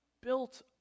Built